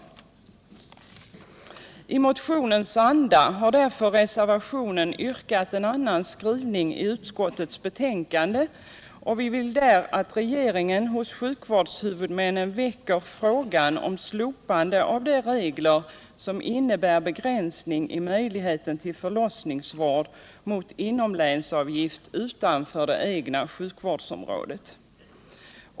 I motionens anda har vi därför i reservationen yrkat en annan skrivning i utskottets betänkande. Vi vill att regeringen hos sjukvårdshuvudmännen väcker frågan om slopande av de regler som innebär begränsning i möjligheten till förlossningsvård mot inomlänsavgift utanför det egna sjukvårdsområdet.